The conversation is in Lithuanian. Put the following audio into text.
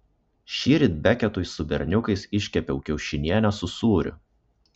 šįryt beketui su berniukais iškepiau kiaušinienę su sūriu